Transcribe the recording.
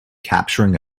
capturing